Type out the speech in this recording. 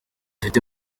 bafite